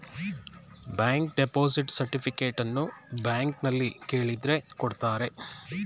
bank deposit ಸರ್ಟಿಫಿಕೇಟನ್ನು ಬ್ಯಾಂಕ್ನಲ್ಲಿ ಕೇಳಿದ್ರೆ ಕೊಡ್ತಾರೆ